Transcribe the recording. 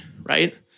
right